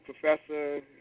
Professor